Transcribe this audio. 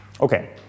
Okay